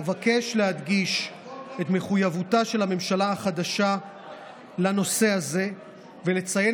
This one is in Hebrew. אבקש להדגיש את מחויבותה של הממשלה החדשה לנושא הזה ולציין